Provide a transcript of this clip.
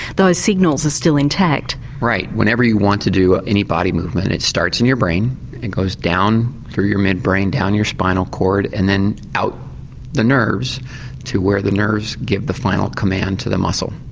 those signals are still intact? right, whenever you want to do any body movement it starts in your brain and goes down through your mid-brain, down your spinal cord and then out the nerves to where the nerves get the final command to the muscle.